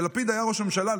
כשלפיד היה ראש ממשלה,